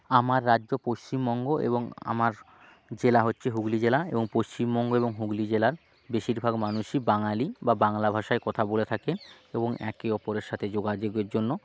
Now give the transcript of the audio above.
আমার রাজ্য পশ্চিমবঙ্গ এবং আমার জেলা হচ্ছে হুগলি জেলা এবং পশ্চিমবঙ্গ এবং হুগলি জেলার বেশিরভাগ মানুষই বাঙালি বা বাংলা ভাষায় কথা বলে থাকে এবং একে অপরের সাথে যোগাযোগের জন্য